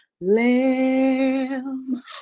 lamb